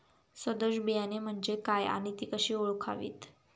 सदोष बियाणे म्हणजे काय आणि ती कशी ओळखावीत?